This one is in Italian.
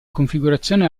configurazione